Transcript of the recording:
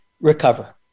recover